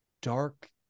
dark